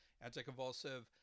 anti-convulsive